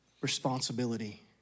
responsibility